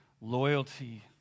loyalty